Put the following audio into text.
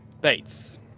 Bates